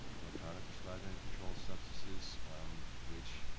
electronic prescribing of controlled substances which,